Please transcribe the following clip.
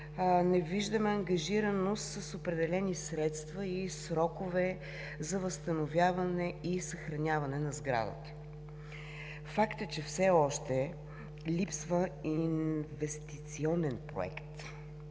не виждаме ангажираност с определени средства и срокове за възстановяване и съхраняване на сградата. Факт е, че все още липсва инвестиционен проект.